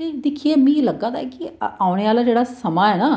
ते दिक्खियै मीं लग्गै दा कि औने आह्ला जेह्ड़ा समां ऐ ना